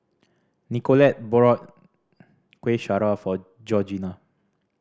Nicolette bought Kuih Syara for Georgina